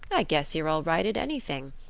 i guess you're all right at anything.